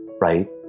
right